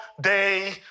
day